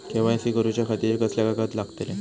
KYC करूच्या खातिर कसले कागद लागतले?